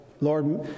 Lord